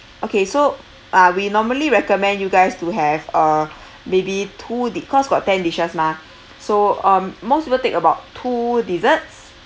okay so uh we normally recommend you guys to have uh maybe two di~ cause got ten dishes mah so um most people take about two desserts